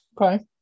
Okay